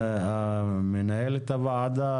למנהלת הוועדה,